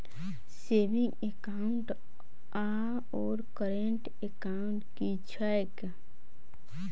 Saving account आओर current account की छैक?